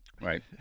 Right